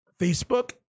Facebook